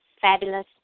fabulous